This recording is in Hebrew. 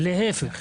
להפך,